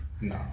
No